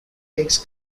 takes